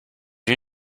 you